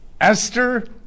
Esther